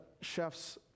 chefs